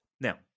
Now